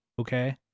Okay